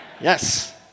Yes